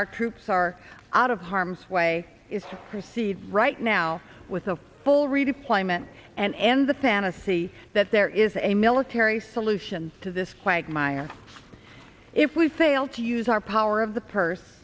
our troops are out of harm's way is to proceed right now with a full redeployment and end the fantasy that there is a military solution to this quagmire if we fail to use our power of the purse